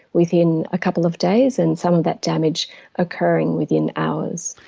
within a couple of days and some of that damage occurring within hours.